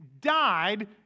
died